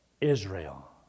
Israel